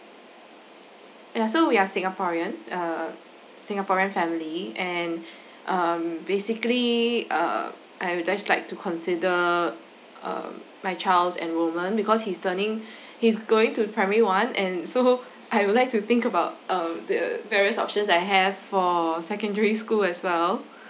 yeah so we are singaporean uh singaporean family and um basically uh I would just like to consider um my child's enrolment because he's turning his going to primary one and so I would like to think about um the various options I have for secondary school as well